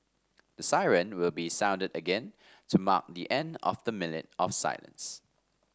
the siren will be sounded again to mark the end of the minute of silence